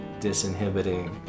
disinhibiting